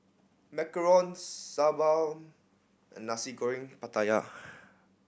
macarons sambal and Nasi Goreng Pattaya